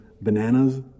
bananas